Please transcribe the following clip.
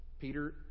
Peter